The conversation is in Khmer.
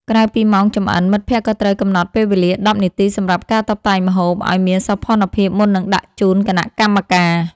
ក្រៅពីម៉ោងចម្អិន មិត្តភក្តិក៏ត្រូវកំណត់ពេលវេលា ១០ នាទីសម្រាប់ការតុបតែងម្ហូប ឱ្យមានសោភ័ណភាពមុននឹងដាក់ជូនគណៈកម្មការ។